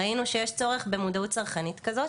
ראינו שיש צורך במודעות צרכנית כזאת,